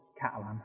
Catalan